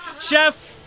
Chef